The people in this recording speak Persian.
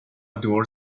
دور